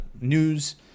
news